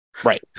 Right